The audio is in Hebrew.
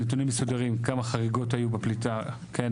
נתונים מסודרים כמה חריגות היו בפליטה, כן?